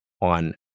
on